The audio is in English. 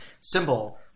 symbol